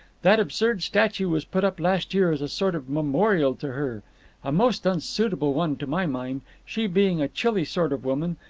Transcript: that absurd statue was put up last year as sort of memorial to her a most unsuitable one to my mind, she being a chilly sort of woman,